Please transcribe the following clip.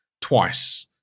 twice